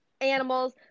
animals